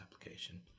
application